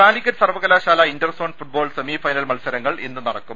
കാലിക്കറ്റ് സർവകലാശാല interzone football semifinal മത്സരങ്ങൾ ഇന്ന് നടക്കും